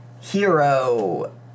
hero-